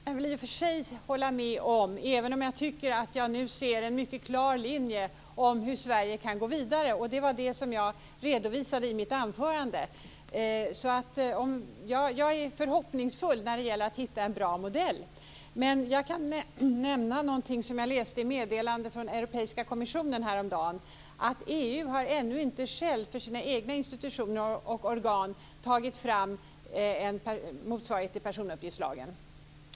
Fru talman! Det här är inte lätt som en plätt, sade Barbro Hietala Nordlund. Det kan jag väl i och för sig hålla med om, även om jag tycker att jag nu ser en mycket klar linje för hur Sverige kan gå vidare. Det var det jag redovisade i mitt anförande, så jag är förhoppningsfull när det gäller att hitta en bra modell. Jag kan nämna något som jag läste i ett meddelande från Europeiska kommissionen häromdagen. I EU har man ännu inte själv för sina egna institutioner och organ tagit fram en motsvarighet till personuppgiftslagen.